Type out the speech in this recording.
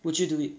would you do it